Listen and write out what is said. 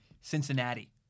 Cincinnati